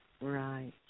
Right